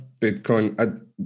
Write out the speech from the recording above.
Bitcoin